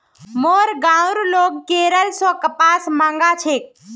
मोर गांउर लोग केरल स कपास मंगा छेक